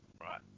right